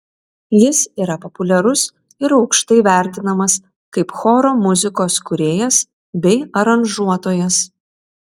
jis yra populiarus ir aukštai vertinamas kaip choro muzikos kūrėjas bei aranžuotojas